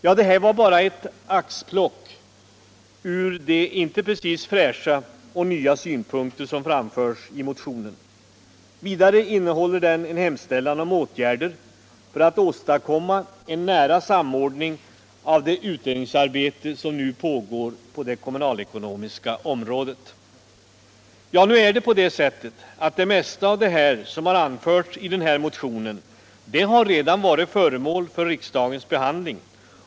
Ja, det här var bara ett axplock ur de inte precis fräscha och nya synpunkter som framförs i motionen. Vidare innehåller motionen en hemställan om åtgärder för att åstadkomma en nära samordning av det utredningsarbete som pågår på det kommunalekonomiska området. Nu är det på det sittet att det mesta av vad som anförts i den här motionen har redan varit föremål för riksdagens behandling.